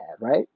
right